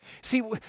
See